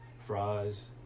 Fries